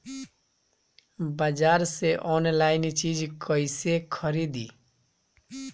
बाजार से आनलाइन चीज कैसे खरीदी?